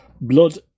Blood